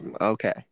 Okay